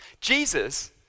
Jesus